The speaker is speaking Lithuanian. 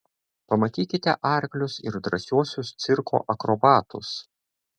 pamatykite arklius ir drąsiuosius cirko akrobatus